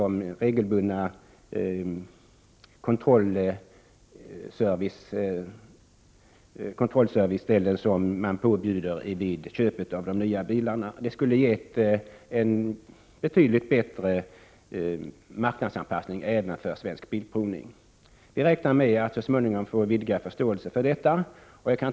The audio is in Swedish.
1988/89:25 vid de regelbundna kontrollservicetillfällen som påbjuds vid köp av nya bilar. 16 november 1988 Detta skulle ge en betydligt bättre marknadsanpassning för Svensk Bilprovning. Vi räknar med att så småningom få vidgad förståelse för detta förslag.